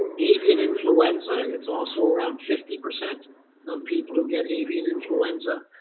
avian influenza, it's also around fifty percent of people who get avian influenza,